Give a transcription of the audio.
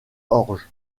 orge